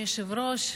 אדוני היושב-ראש,